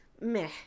meh